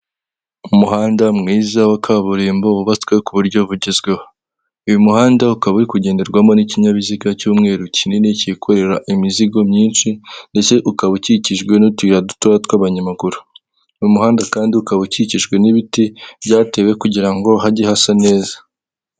Umuhanda mwiza wa kaburimbo wubatswe ku buryo bugezweho, uyu muhanda ukaba uri kugenderwamo n'ikinyabiziga cy'umweru kinini cyikorera imizigo myinshi ndetse ukaba ukikijwe n'utuyira duto tw'abanyamaguru, uyu muhanda kandi ukaba ukikijwe n'ibiti byatewe kugira ngo hajye hasa neza.